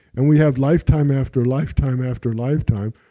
and we have lifetime, after lifetime, after lifetime,